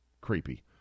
creepy